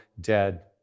dead